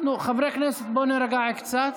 חברי הכנסת, בואו נירגע קצת.